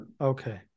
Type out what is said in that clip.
Okay